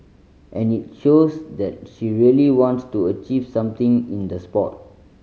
and it shows that she really wants to achieve something in the sport